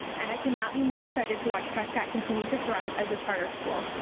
and i can not be more excited to watch prescott continue to thrive as a charter school.